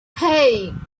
hey